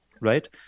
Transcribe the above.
right